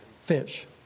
fish